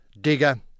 Digger